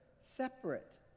separate